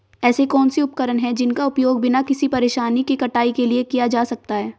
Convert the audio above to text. ऐसे कौनसे उपकरण हैं जिनका उपयोग बिना किसी परेशानी के कटाई के लिए किया जा सकता है?